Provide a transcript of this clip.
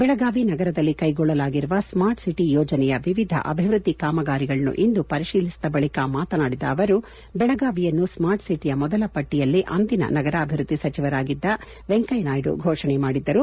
ಬೆಳಗಾವಿ ನಗರದಲ್ಲಿ ಕೈಗೊಳ್ಳಲಾಗಿರುವ smart city ಯೋಜನೆಯ ವಿವಿಧ ಅಭಿವೃದ್ದಿ ಕಾಮಗಾರಿಗಳನ್ನು ಇಂದು ಪರಿಶೀಲಿಸಿದ ಬಳಿಕ ಮಾತನಾಡಿದ ಅವರು ಬೆಳಗಾವಿಯನ್ನು ಸ್ಮಾರ್ಟ್ಸಿಟಿಯ ಮೊದಲ ಪಟ್ಟಿಯಲ್ಲೆ ಅಂದಿನ ನಗರಾಭಿವ್ಯದ್ದಿ ಸಚಿವರಾಗಿದ್ದ ವೆಂಕಯ್ಕ ನಾಯ್ಡು ಘೋಷಣೆ ಮಾಡಿದ್ದರು